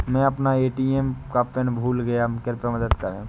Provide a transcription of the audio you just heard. मै अपना ए.टी.एम का पिन भूल गया कृपया मदद करें